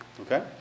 okay